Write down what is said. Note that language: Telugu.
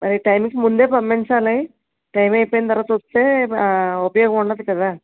మరి టైమికి ముందే పంపించాలి టైం అయిపోయిన తర్వాత వస్తే ఉపయోగం ఉండదు కదా